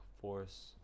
force